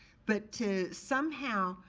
but to somehow